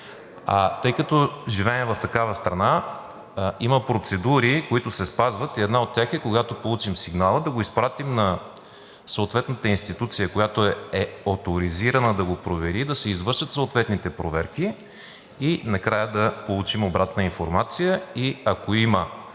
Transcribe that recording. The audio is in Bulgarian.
Тъй като живеем в такава страна, има процедури, които се спазват. Една от тях е, когато получим сигнала, да го изпратим на съответната институция, която е оторизирана да го провери, да се извършат съответните проверки и накрая да получим обратна информация. Ако има